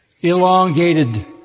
elongated